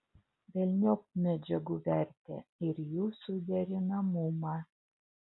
velniop medžiagų vertę ir jų suderinamumą